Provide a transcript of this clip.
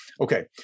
Okay